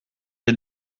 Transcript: les